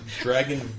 dragon